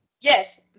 Yes